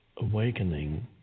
awakening